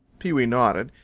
pewee nodded.